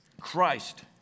Christ